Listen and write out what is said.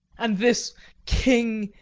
and this king,